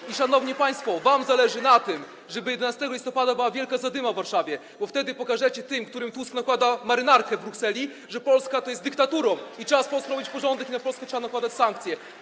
I, szanowni państwo, wam zależy na tym, żeby 11 listopada była wielka zadyma w Warszawie, bo wtedy pokażecie tym, którym Tusk nakłada marynarki w Brukseli, że Polska to jest dyktatura i trzeba z Polską zrobić porządek, i na Polskę trzeba nakładać sankcje.